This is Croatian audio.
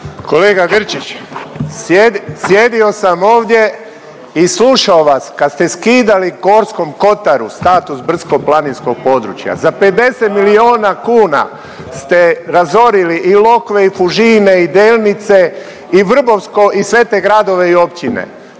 Kolega Grčić, sjedio sam ovdje i slušao vas kad ste skidali Gorskom kotaru status brdsko-planinskog područja, za 50 milijuna kuna ste razorili i Lokve i Fužine i Delnice i Vrbovsko i sve te gradove i općine,